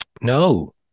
No